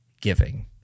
giving